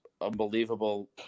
unbelievable